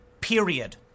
period